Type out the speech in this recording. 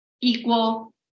equal